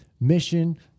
mission